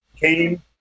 came